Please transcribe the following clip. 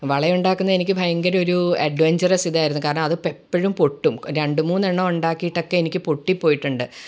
വളയുണ്ടാക്കുന്നത് എനിക്ക് ഭയങ്കരമൊരു ഒരു അഡ്വെഞ്ചെറസ് ഇതായിരുന്നു കാരണം അത് ഇപ്പോഴും പൊട്ടും രണ്ട് മൂന്നെണ്ണം ഉണ്ടാക്കിയിട്ടൊക്കെ എനിക്ക് പൊട്ടി പോയിട്ടുണ്ട്